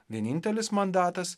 vienintelis mandatas